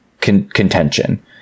contention